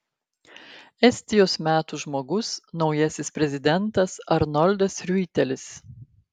estijos metų žmogus naujasis prezidentas arnoldas riuitelis